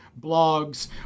blogs